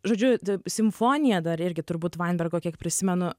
žodžiu simfonija dar irgi turbūt vainbergo kiek prisimenu